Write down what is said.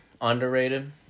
underrated